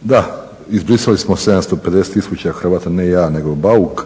Da, izbrisali smo 750 000 Hrvata, ne ja nego Bauk,